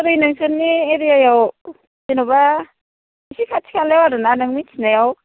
ओरै नोंसोरनि एरियायाव जेन'बा एसे खाथि खालायाव आरोना नों मिथिनायाव